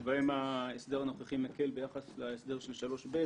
שבהם ההסדר הנוכחי מקל ביחס להסדר של 3ב: